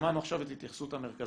שמענו עכשיו את התייחסות המרכזים,